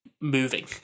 moving